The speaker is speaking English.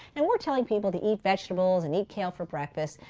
and we're telling people to eat vegetables and eat kale for breakfast,